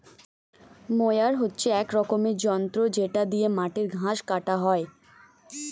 mower হচ্ছে এক রকমের যন্ত্র যেটা দিয়ে মাটির ঘাস কাটা হয়